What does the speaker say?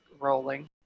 rolling